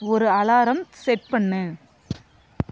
ஒரு alarm set பண்ணு